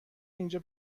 اینجا